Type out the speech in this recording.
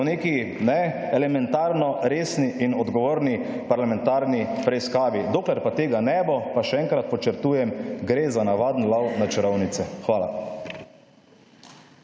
kajne, elementarno resni in odgovorni parlamentarni preiskavi. Dokler pa tega ne bo, pa še enkrat podčrtujem, gre za navaden lov na čarovnice. Hvala.